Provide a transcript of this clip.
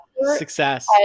Success